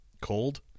Cold